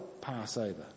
Passover